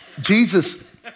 Jesus